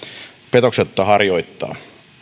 petoksetta harjoittaa